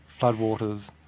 floodwaters